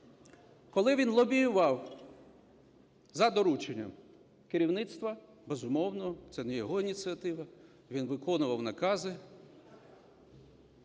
коли він лобіював за дорученням керівництва (безумовно, це не його ініціатива, він виконував накази),